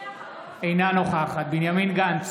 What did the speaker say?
אינה נוכחת בנימין גנץ,